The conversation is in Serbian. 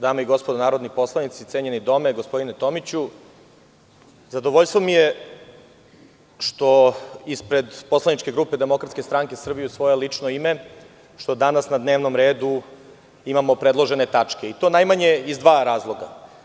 Dame i gospodo narodni poslanici, cenjeni dome, gospodine Tomiću zadovoljstvo mi je što ispred poslaničke grupe DSS i svoje lično ime danas na dnevnom redu imamo predložene tačke i to najmanje iz dva razloga.